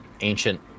Ancient